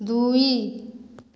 ଦୁଇ